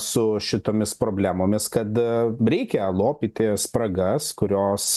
su šitomis problemomis kad reikia lopyti spragas kurios